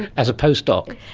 as a post-doc.